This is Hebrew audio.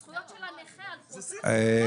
הזכויות של הנכה הלכו,